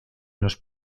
los